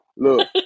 Look